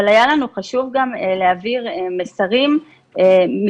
אבל היה לנו חשוב להעביר מסרים מקצועיים.